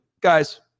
guys